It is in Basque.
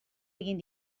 egin